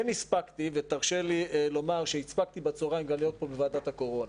תרשה לי לומר שהספקתי בצוהריים להיות פה בוועדת הקורונה.